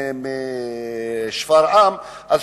השני הוא קצת סמוי, ולא כל כך רואים אותו.